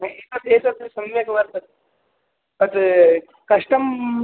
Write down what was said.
न एतद् एतत् सम्यक् वर्तते तत् कष्टं